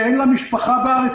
שאין לה משפחה בארץ,